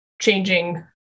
changing